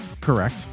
Correct